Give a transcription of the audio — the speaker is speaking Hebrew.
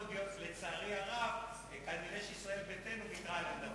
שלצערי הרב כנראה ישראל ביתנו ויתרה על עמדתה.